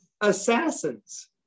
assassins